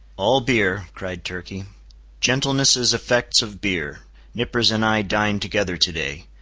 all beer, cried turkey gentleness is effects of beer nippers and i dined together to-day.